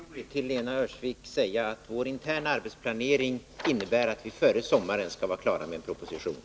Herr talman! Jag vill helt förtroligt till Lena Öhrsvik säga att vår interna arbetsplanering innebär att vi före sommaren skall vara klara med en proposition.